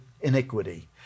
iniquity